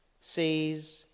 sees